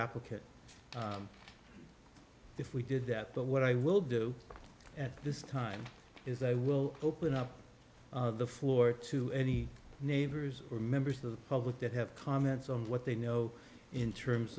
opposite if we did that but what i will do at this time is i will open up the floor to any neighbors or members of the public that have comments on what they know in terms